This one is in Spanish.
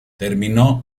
terminó